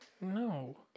No